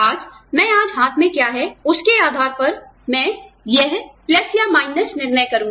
आज मैं आज हाथ में क्या है के आधार पर मैं यह प्लस या माइनस निर्णय करूँगा